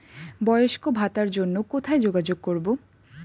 বয়স্ক ভাতার জন্য কোথায় যোগাযোগ করব?